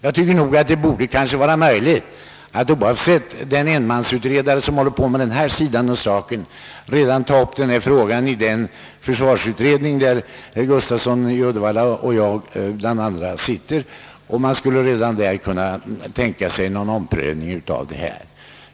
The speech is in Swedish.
Jag tycker nog att det borde vara möjligt att, utan hinder av att en enmansutredare håller på med den här sidan av saken, redan nu ta upp frågan i den försvarsutredning där bl.a. herr Gustafsson i Uddevalla och jag sitter. Man skulle redan där kunna tänka sig en omprövning av dessa belopp.